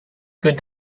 good